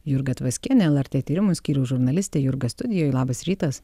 jurga tvaskienė lrt tyrimų skyriaus žurnalistė jurga studijoj labas rytas